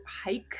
hike